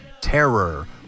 terror